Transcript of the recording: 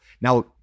Now